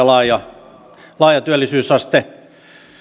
laaja laaja työllisyysaste